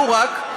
אהה.